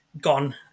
gone